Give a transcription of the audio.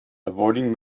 avoiding